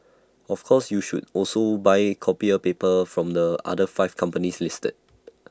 of course you should also buy copier paper from the other five companies listed